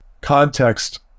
context